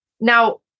Now